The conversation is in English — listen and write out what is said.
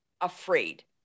afraid